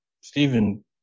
Stephen